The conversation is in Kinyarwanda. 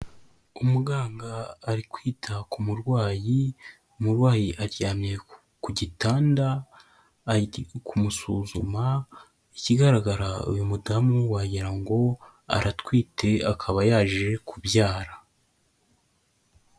umuganga arikwita ku murwayi umurwayi aryamye ku gitanda kumusuzuma ikigaragara uyu mudamu wagira ngo aratwite akaba yaje kubyara.